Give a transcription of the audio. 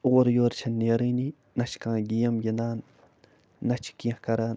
اورٕ یورٕ چھِنہٕ نیرٲنی نہ چھِ کانٛہہ گیم گِنٛدان نہ چھِ کیٚنہہ کران